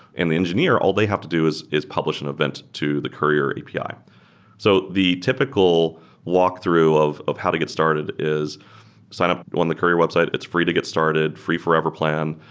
and the engineer, all they have to do is is publish an event to the courier api. so the typical walk-through of of how to get started is sign up on the courier website. it's free to get started. free forever plan.